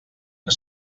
que